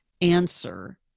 answer